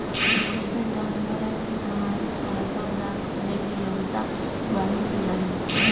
हम कइसे जांच करब कि सामाजिक सहायता प्राप्त करे के योग्य बानी की नाहीं?